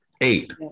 eight